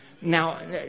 Now